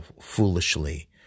foolishly